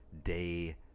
day